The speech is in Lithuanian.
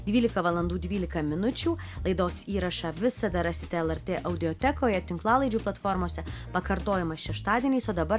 dvylika valandų dvylika minučių laidos įrašą visada rasite lrt audiotekoje tinklalaidžių platformose pakartojimas šeštadieniais o dabar